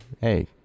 hey